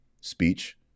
speech